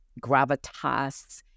gravitas